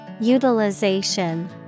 Utilization